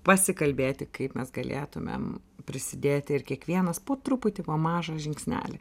pasikalbėti kaip mes galėtumėm prisidėti ir kiekvienas po truputį po mažą žingsnelį